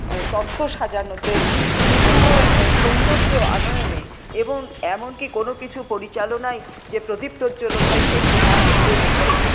তত্ত্ব সাজানোতে বিভিন্ন সৌন্দর্য আনয়নে এবং এমনকী কোনও কিছু পরিচালনায় যে প্রদীপ প্রজ্জ্বলন হয় সেই মাটির প্রদীপটি